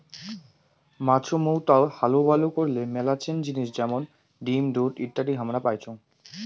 মাছুমৌতাই হালুবালু করলে মেলাছেন জিনিস যেমন ডিম, দুধ ইত্যাদি হামরা পাইচুঙ